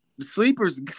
Sleeper's